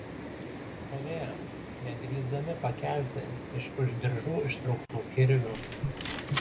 stovėjo nedrįsdami pakelti iš už diržų ištrauktų kirvių